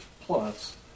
plus